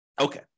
Okay